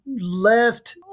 left